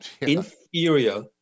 inferior